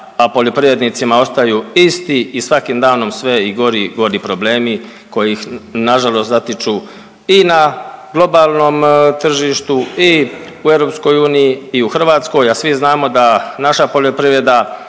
a poljoprivrednicima ostaju isti i svakim danom sve i gori i gori problemi koji ih nažalost zatiču i na globalnom tržištu i u EU i u Hrvatskoj, a svi znamo da naša poljoprivreda